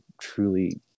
truly